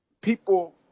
people